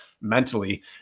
mentally